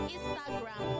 Instagram